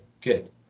good